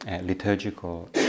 liturgical